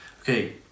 Okay